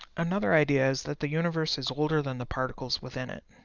another idea is that the universe is older than the particles within it.